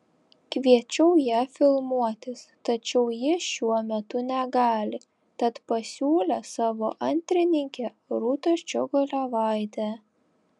kviečiau ją filmuotis tačiau ji šiuo metu negali tad pasiūlė savo antrininkę rūtą ščiogolevaitę